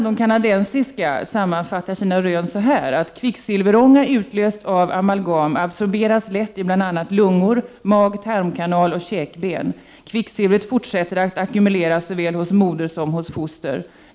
De kanadensiska forskarna sammanfattar sina rön så här: ”Kvicksilverånga utlöst av amalgam absorberas lätt i bland annat lungor, mag-tarm-kanal och käkben. Kvicksilvret fortsätter att ackumuleras såväl hos moder som hos foster.